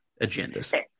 agendas